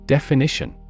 Definition